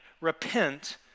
Repent